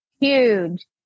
huge